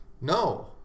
No